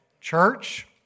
church